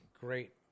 great